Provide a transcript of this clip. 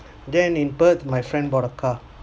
then in perth my friend bought a car